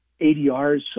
ADRs